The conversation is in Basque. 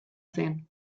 zen